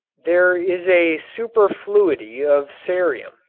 there is a superfluity of cerium.